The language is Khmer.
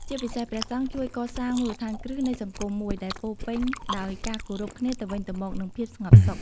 ជាពិសេស ព្រះសង្ឃជួយកសាងមូលដ្ឋានគ្រឹះនៃសង្គមមួយដែលពោរពេញដោយការគោរពគ្នាទៅវិញទៅមក និងភាពស្ងប់សុខ។